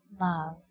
love